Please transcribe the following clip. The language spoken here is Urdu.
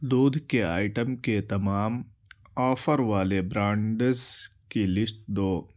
دودھ کے آئٹم کے تمام آفر والے برانڈیز کی لسٹ دو